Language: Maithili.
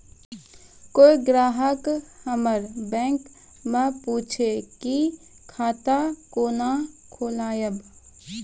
कोय ग्राहक हमर बैक मैं पुछे की खाता कोना खोलायब?